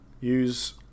use